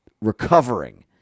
recovering